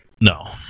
No